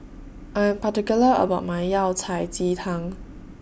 I'm particular about My Yao Cai Ji Tang